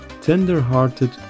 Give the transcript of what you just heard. tender-hearted